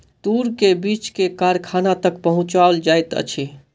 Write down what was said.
तूर के बीछ के कारखाना तक पहुचौल जाइत अछि